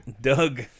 Doug